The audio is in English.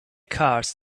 cards